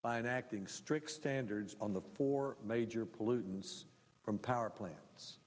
by enacting strict standards on the four major pollutants from power plants